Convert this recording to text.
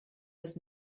das